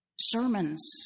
sermons